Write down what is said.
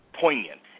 Poignant